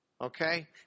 Okay